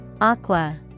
Aqua